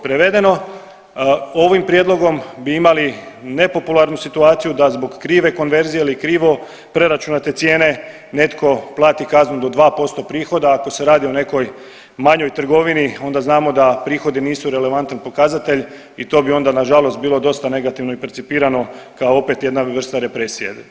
Prevedeno ovim prijedlogom bi imali nepopularnu situaciju da zbog krive konverzije ili krivo preračunate cijene netko plati kaznu do 2% prihoda, a ako se radi o nekoj manjoj trgovini onda znamo da prihodi nisu relevantan pokazatelj i to bi onda na žalost bilo dosta negativno i percipirano kao opet jedna vrsta represije.